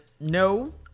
no